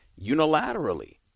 unilaterally